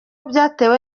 byatewe